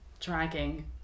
dragging